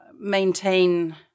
maintain